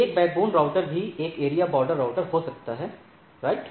एक backbone router भी एक एरिया बॉर्डर राउटर हो सकता है राइट